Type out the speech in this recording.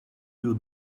you